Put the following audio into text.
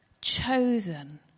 chosen